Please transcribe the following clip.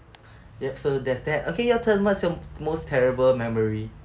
yes so there's that okay your turn what's your most terrible memory